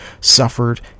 suffered